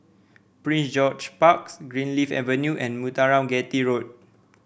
Prince George Parks Greenleaf Avenue and Muthuraman Chetty Road